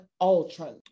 Ultra